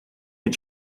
mit